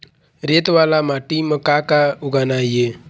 रेत वाला माटी म का का उगाना ये?